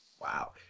Wow